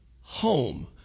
home